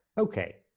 okay,